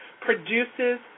produces